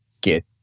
get